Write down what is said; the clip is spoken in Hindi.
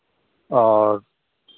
और